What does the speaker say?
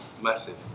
massive